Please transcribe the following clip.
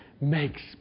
makes